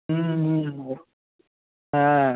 হুম হুম হ্যাঁ